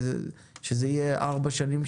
שזה יהיה ארבע שנים,